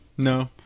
no